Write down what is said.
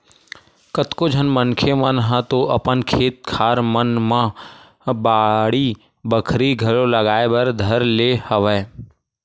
कतको झन मनखे मन ह तो अपन खेत खार मन म बाड़ी बखरी घलो लगाए बर धर ले हवय